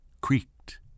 creaked